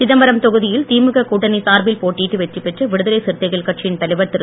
சிதம்பரம் தொகுதியில் திமுக கூட்டணி சார்பில் போட்டியிட்டு வெற்றி பெற்ற விடுதலை சிறுத்தைகள் கட்சியின் தலைவர் திரு